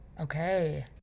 okay